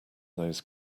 those